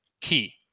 key